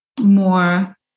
more